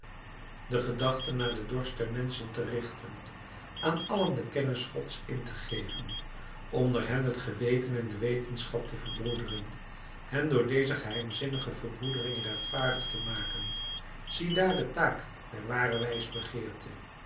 de gedachte naar den dorst der menschen te richten aan allen de kennis gods in te geven onder hen het geweten en de wetenschap te verbroederen hen door deze geheimzinnige verbroedering rechtvaardig te maken ziedaar de taak der ware wijsbegeerte